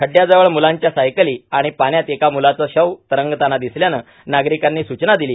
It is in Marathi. खड्डयाजवळ मुलांच्या सायकल आणि पाण्यात एका मुलाचे शव तरंगत असताना दिसल्यानं नागरिकांनी सूचना दिली